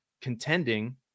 contending